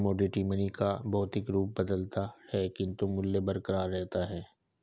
commodity money का भौतिक रूप बदलता है किंतु मूल्य बरकरार रहता है